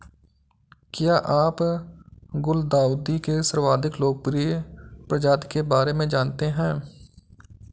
क्या आप गुलदाउदी के सर्वाधिक लोकप्रिय प्रजाति के बारे में जानते हैं?